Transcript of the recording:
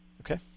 Okay